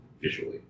visually